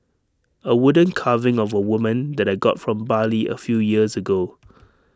A wooden carving of A woman that I got from Bali A few years ago